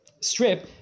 strip